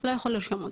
"לא יכול לרשום אותו".